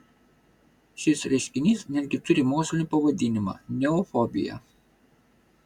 šis reiškinys netgi turi mokslinį pavadinimą neofobija